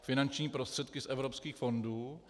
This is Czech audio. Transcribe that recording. Finanční prostředky z evropských fondů.